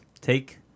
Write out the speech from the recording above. take